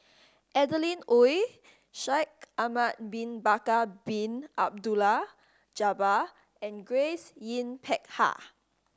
Adeline Ooi Shaikh Ahmad Bin Bakar Bin Abdullah Jabbar and Grace Yin Peck Ha